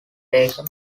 taken